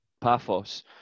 Paphos